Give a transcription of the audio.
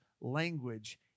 language